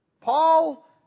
Paul